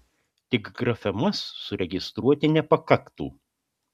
tik grafemas suregistruoti nepakaktų